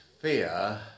fear